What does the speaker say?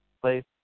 place